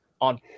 on